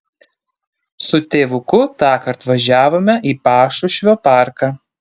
su tėvuku tąkart važiavome į pašušvio parką